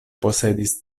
posedis